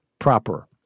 proper